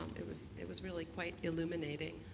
it was it was really quite illuminating.